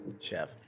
chef